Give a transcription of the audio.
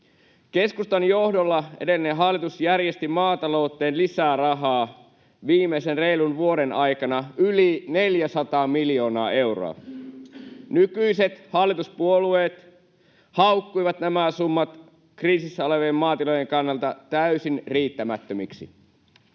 Keskustan johdolla edellinen hallitus järjesti maatalouteen lisää rahaa viimeisen reilun vuoden aikana yli 400 miljoonaa euroa. Nykyiset hallituspuolueet haukkuivat nämä summat kriisissä olevien maatilojen kannalta täysin riittämättömiksi.